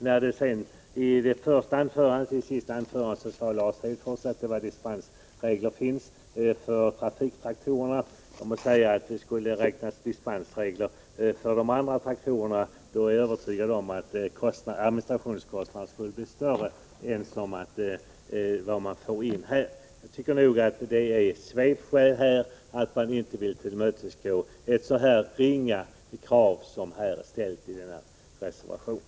Lars Hedfors sade också att det finns dispensregler för trafiktraktorer. Jag måste säga att om det skulle räknas dispensregler för de andra traktorerna är jag övertygad om att administrationskostnaderna skulle överstiga vad man får in. Jag tycker nog att det är svepskäl. Man vill helt enkelt inte tillmötesgå ett så ringa krav som det som ställs i reservationen.